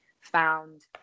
found